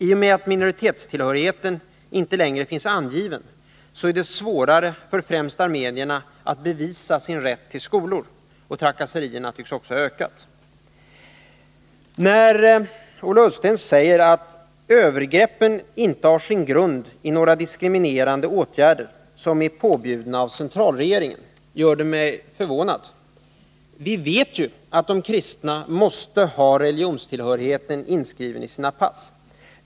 I och med att minoritetstillhörigheten inte längre finns angiven är det svårare för främst armenierna att bevisa sin rätt till skolor. Trakasserierna tycks också ha ökat. När Ola Ullsten säger att ”övergreppen inte har sin grund i några diskriminerande åtgärder som kan sägas vara påbjudna av centralregeringen” gör det mig förvånad. Vi vet ju att de kristna måste ha religionstillhörigheten inskriven i sina pass.